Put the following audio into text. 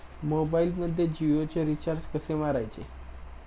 मोबाइलमध्ये जियोचे रिचार्ज कसे मारायचे?